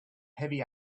heavy